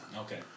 Okay